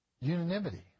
unanimity